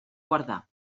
guardar